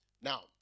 Now